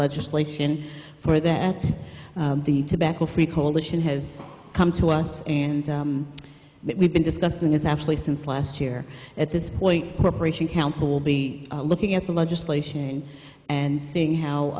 legislation for that the tobacco free coalition has come to us and that we've been discussing is actually since last year at this point corporation council will be looking at the legislation and seeing how